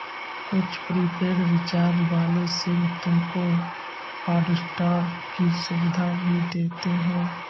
कुछ prepaid recharge वाले sim तुमको हॉटस्टार की सुविधा भी देते हैं